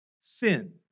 sin